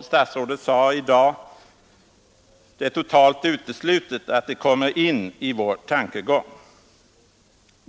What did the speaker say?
Statsrådet sade i dag att det är totalt uteslutet att något sådant kommer in i vår tankegång.